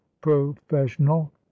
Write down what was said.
professional